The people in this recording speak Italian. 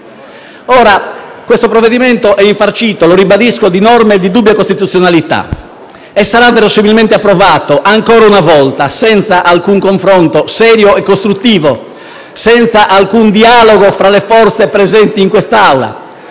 esame - lo ribadisco - è infarcito di norme di dubbia costituzionalità e sarà verosimilmente approvato, ancora una volta, senza alcun confronto serio e costruttivo, senza alcun dialogo tra le forze presenti in quest'Aula